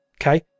Okay